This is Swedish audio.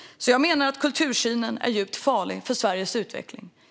Jag menar att den här kultursynen är djupt farlig för Sveriges utveckling.